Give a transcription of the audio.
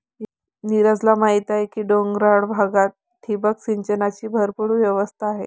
नीरजला माहीत आहे की डोंगराळ भागात ठिबक सिंचनाची भरपूर व्यवस्था आहे